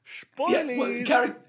Spoilers